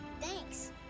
thanks